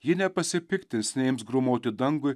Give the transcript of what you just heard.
ji nepasipiktins neims grūmoti dangui